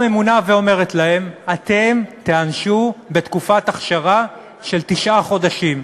באה הממונה ואומרת להם: אתם תיענשו בתקופת אכשרה של תשעה חודשים.